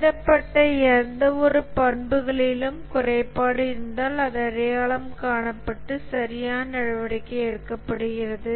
அளவிடப்பட்ட எந்தவொரு பண்புகளிலும் குறைபாடு இருந்தால் அது அடையாளம் காணப்பட்டு சரியான நடவடிக்கை எடுக்கப்படுகிறது